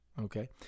Okay